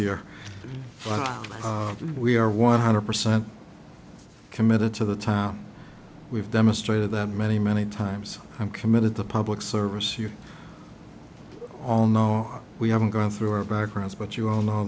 year but we are one hundred percent committed to the time we've demonstrated that many many times i'm committed to public service you all know we haven't gone through our backgrounds but you all know